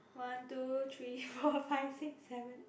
one two three four five six seven eight